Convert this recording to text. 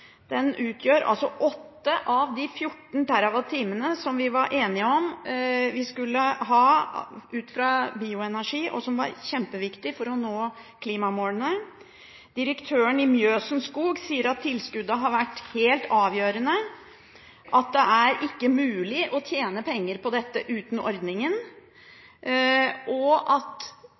Den utgjør altså 8 av de 14 TWh som vi var enige om at vi skulle ha fra bioenergi, og som var kjempeviktig for å nå klimamålene. Direktøren i Mjøsen Skog sier at tilskuddet har vært helt avgjørende – at det ikke er mulig å tjene penger på dette uten ordningen, og at